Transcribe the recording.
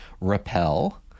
Repel